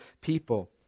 people